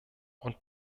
und